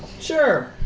Sure